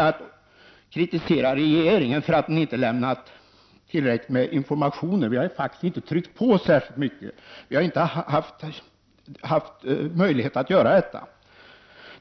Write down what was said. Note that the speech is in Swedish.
att kritisera regeringen för att den inte har lämnat tillräckligt med information. Vi har faktiskt inte tryckt på särskilt mycket. Vi har inte haft möjlighet att göra det.